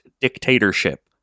dictatorship